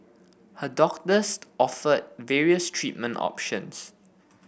her doctors offered various treatment options